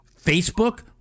Facebook